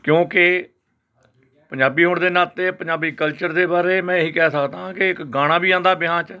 ਕਿਉਂਕਿ ਪੰਜਾਬੀ ਹੋਣ ਦੇ ਨਾਤੇ ਪੰਜਾਬੀ ਕਲਚਰ ਦੇ ਬਾਰੇ ਮੈਂ ਇਹ ਹੀ ਕਹਿ ਸਕਦਾ ਕਿ ਇੱਕ ਗਾਣਾ ਵੀ ਆਉਂਦਾ ਵਿਆਹਾਂ 'ਚ